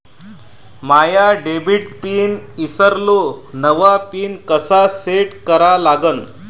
माया debit pin ईसरलो, नवा pin कसा सेट करा लागन?